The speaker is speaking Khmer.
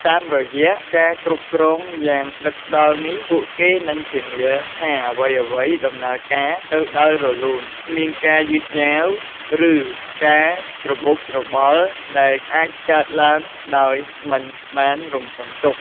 តាមរយៈការគ្រប់គ្រងយ៉ាងដិតដល់នេះ ពួកគេនឹងធានាថាអ្វីៗដំណើរការទៅដោយរលូន គ្មានការយឺតយ៉ាវ ឬការច្របូកច្របល់ ដែលអាចកើតឡើងដោយមិនបានរំពឹងទុក។